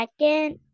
second